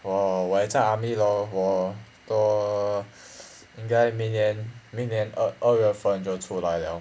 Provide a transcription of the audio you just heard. !wah! 我还在 army lor 我多应该明年明年二二月分都出来 liao